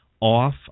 off